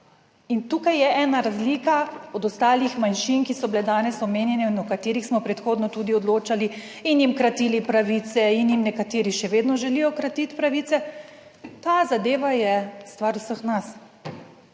In tukaj je ena razlika od ostalih manjšin, ki so bile danes omenjene in o katerih smo predhodno tudi odločali in jim kratili pravice in jim nekateri še vedno želijo kratiti pravice. Ta zadeva je stvar vseh nas